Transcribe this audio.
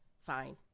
Fine